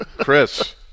Chris